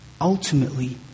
ultimately